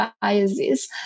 biases